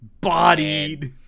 Bodied